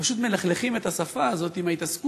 שפשוט מלכלכים את השפה הזאת עם ההתעסקות